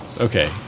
Okay